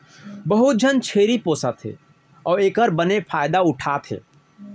बहुत झन छेरी पोसत हें अउ एकर बने फायदा उठा थें